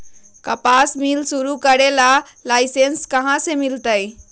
कपास मिल शुरू करे ला लाइसेन्स कहाँ से मिल तय